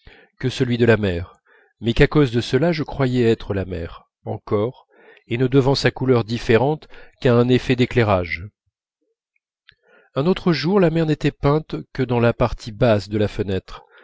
que celui de la mer mais qu'à cause de cela je croyais être la mer encore et ne devant sa couleur différente qu'à un effet d'éclairage un autre jour la mer n'était peinte que dans la partie basse de la fenêtre